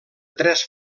tres